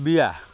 বিয়া